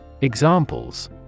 Examples